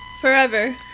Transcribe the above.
forever